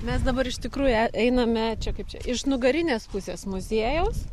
mes dabar iš tikrųjų e einame čia kaip čia iš nugarinės pusės muziejaus